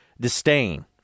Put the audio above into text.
disdain